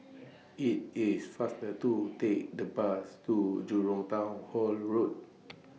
IT IS faster to Take The Bus to Jurong Town Hall Road